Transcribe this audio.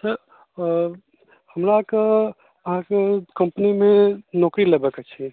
sir ओ हमराके अहाँके कम्पनीमे नौकरी लेबैके छै